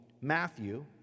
Matthew